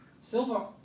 Silver